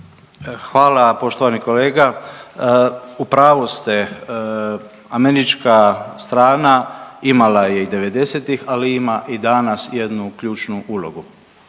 Hvala poštovani kolega. U pravu ste, američka strana imala je i devedesetih, ali ima i danas jednu ključnu ulogu